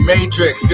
Matrix